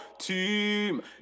team